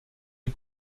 est